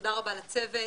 תודה רבה לצוות.